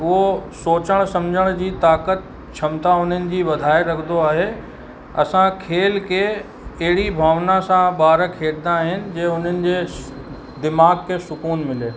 उहो सोचणु सम्झण जी ताक़त क्षमता उन्हनि जी वधाए रखंदो आहे असां खेल के अहिड़ी भावना सां ॿार खेॾंदा आहिनि जे हुननि जे दिमाग़ खे सुकूनु मिले